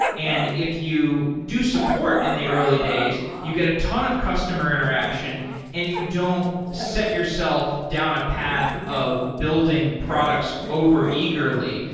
and if you do support in the early days, you get a ton of customer interaction and you don't set yourself down a path of building products over eagerly.